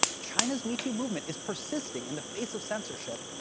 china's metoo movement is persisting in the face of censorship,